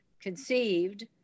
conceived